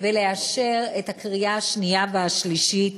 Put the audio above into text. ולאשר את החוק בקריאה השנייה והשלישית,